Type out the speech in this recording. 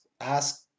ask